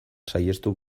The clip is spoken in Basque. saihestu